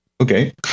Okay